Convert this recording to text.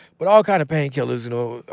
but all kind of painkillers, you know.